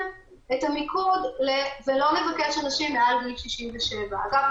את המיקוד ולא נבקש אנשים מעל גיל 67. אגב,